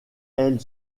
elle